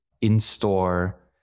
in-store